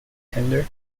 tender